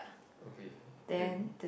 okay then